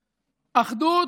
אחדות,